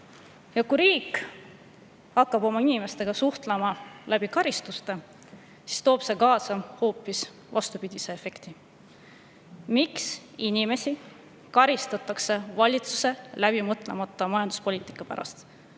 Kui riik hakkab oma inimestega suhtlema läbi karistuste, siis toob see kaasa hoopis vastupidise efekti. Miks inimesi karistatakse valitsuse läbimõtlemata majanduspoliitika pärast?